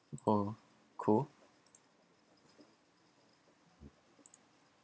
oh cool